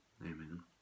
Amen